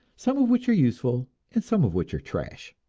some of which are useful, and some of which are trash.